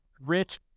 rich